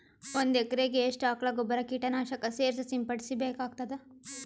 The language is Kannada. ಒಂದು ಎಕರೆಗೆ ಎಷ್ಟು ಆಕಳ ಗೊಬ್ಬರ ಕೀಟನಾಶಕ ಸೇರಿಸಿ ಸಿಂಪಡಸಬೇಕಾಗತದಾ?